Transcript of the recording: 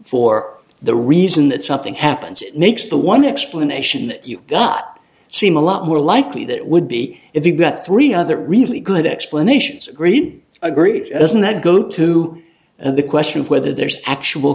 for the reason that something happens it makes the one explanation you've got seem a lot more likely that it would be if you got three other really good explanations agreed agreed doesn't that go to and the question of whether there's actual